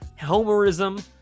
Homerism